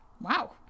Wow